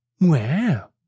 Wow